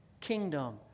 kingdom